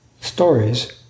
stories